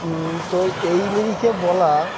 এই নিরীক্ষে বলা